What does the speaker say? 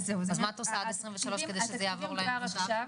אז מה את עושה עד 2023 כדי שזה יעבור אליהם עכשיו?